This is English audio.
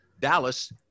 Dallas